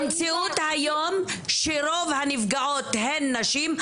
המציאות היום שרוב הנפגעות הן נשים,